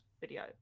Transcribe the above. video